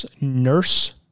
Nurse